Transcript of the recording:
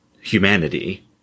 humanity